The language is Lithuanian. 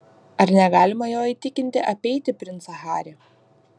ar negalima jo įtikinti apeiti princą harį